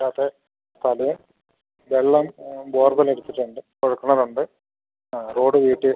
അത് അതെ വെള്ളം ബോർവെൽ എടുത്തിട്ടുണ്ട് കുഴൽ കിണറുണ്ട് ആ റോഡ് വീട്ടിൽ